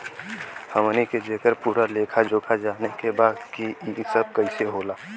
हमनी के जेकर पूरा लेखा जोखा जाने के बा की ई सब कैसे होला?